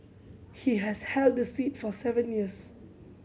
he has held the seat for seven years